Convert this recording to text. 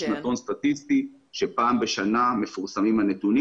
יש שנתון סטטיסטי ופעם בשנה מפורסמים הנתונים